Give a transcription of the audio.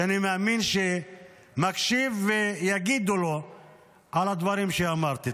שאני מאמין שמקשיב ויגידו לו את הדברים שאמרתי.